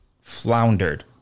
floundered